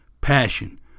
Passion